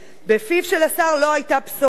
בפיו של השר לא היתה בשורה.